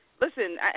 Listen